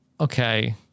Okay